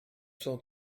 cent